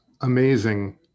amazing